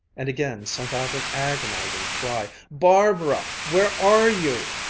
and again sent out an agonizing cry bar-ba-ra! where are you?